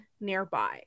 nearby